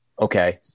okay